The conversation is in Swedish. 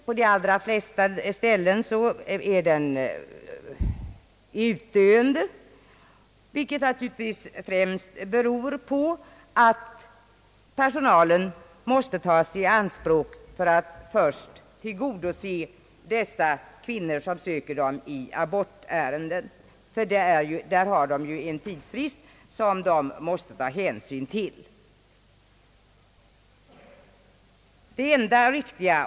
På många håll är den i utdöende, vilket naturligtvis främst beror på att personalen måste tas i anspråk för att först ägna sig åt de kvinnor som söker dem i abortärenden, ty man har ju i dessa fall att ta hänsyn till en kort tidsfrist.